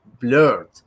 blurred